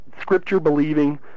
scripture-believing